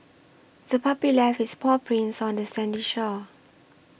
the puppy left its paw prints on the sandy shore